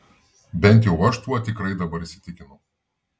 bent jau aš tuo tikrai dabar įsitikinau